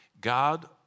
God